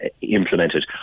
implemented